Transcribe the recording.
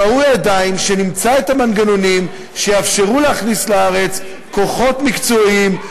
ראוי עדיין שנמצא את המנגנונים שיאפשרו להכניס לארץ כוחות מקצועיים,